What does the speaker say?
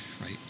right